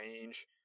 range